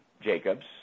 Jacobs